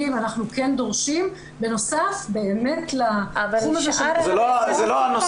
אנחנו כן דורשים בנוסף באמת לתחום הזה של --- זה לא הנושא.